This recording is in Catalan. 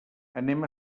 anem